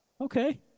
Okay